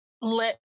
let